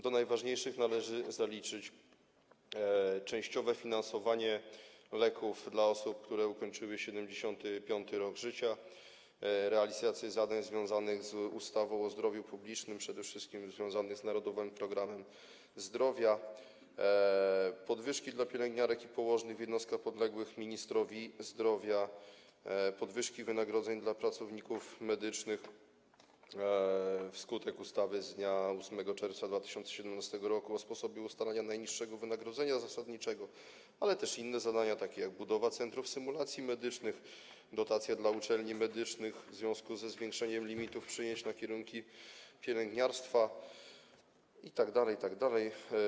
Do najważniejszych należy zaliczyć częściowe finansowanie leków dla osób, które ukończyły 75. rok życia, realizację zadań związanych z ustawą o zdrowiu publicznym, przede wszystkim związanych z Narodowym Programem Zdrowia, podwyżki dla pielęgniarek i położnych w jednostkach podległych ministrowi zdrowia, podwyżki wynagrodzeń dla pracowników medycznych wskutek ustawy z dnia 8 czerwca 2017 r. o sposobie ustalania najniższego wynagrodzenia zasadniczego, ale też inne zadania, takie jak budowa centrów symulacji medycznych, dotacja dla uczelni medycznych w związku ze zwiększeniem limitów przyjęć na kierunki pielęgniarstwa itd., itd.